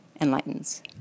enlightens